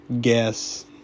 guess